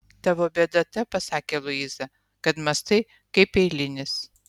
tavo bėda ta pasakė luiza kad mąstai kaip eilinis